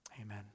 Amen